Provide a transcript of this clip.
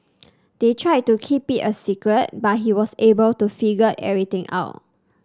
they tried to keep it a secret but he was able to figure everything out